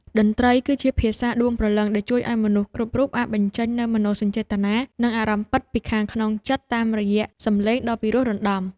តន្ត្រីគឺជាភាសាដួងព្រលឹងដែលជួយឱ្យមនុស្សគ្រប់រូបអាចបញ្ចេញនូវមនោសញ្ចេតនា និងអារម្មណ៍ពិតពីខាងក្នុងចិត្តតាមរយៈសម្លេងដ៏ពីរោះរណ្ដំ។